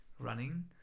Running